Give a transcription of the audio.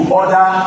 order